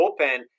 bullpen